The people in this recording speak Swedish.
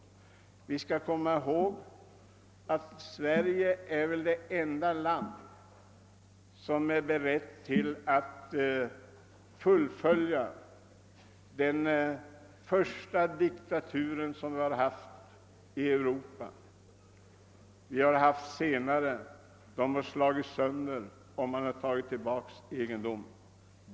Vi skall komma ihåg att Sverige nog är det enda land som är berett att fullfölja en gången tids diktatur, den första som vi har haft i Europa. Det har funnits sådana senare, men de har slagits sönder, och man har tagit tillbaka egendom.